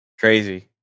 Crazy